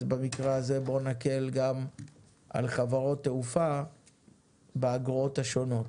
אז במקרה הזה בואו נקל גם על חברות תעופה באגרות השונות.